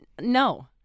no